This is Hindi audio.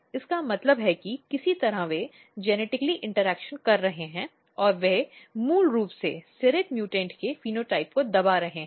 इसका मतलब है कि किसी तरह वे जिनट्इकली इंटरेक्ट कर रहे हैं और वे मूल रूप से सेरेट म्यूटेंट के फेनोटाइप को दबा रहे हैं